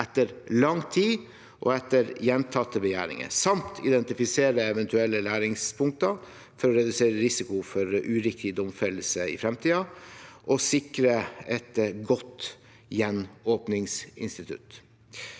etter lang tid og etter gjentatte begjæringer, samt identifisere eventuelle læringspunkter for å redusere risiko for uriktig domfellelse i fremtiden og sikre et godt gjenåpningsinstitutt.